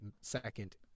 second